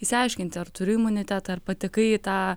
išsiaiškinti ar turi imunitetą ar patekai į tą